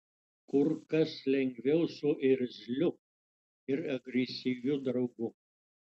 kur kas lengviau su irzliu ir agresyviu draugu